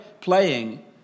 playing